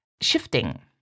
shifting